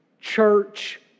church